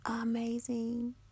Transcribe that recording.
Amazing